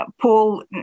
Paul